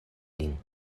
lin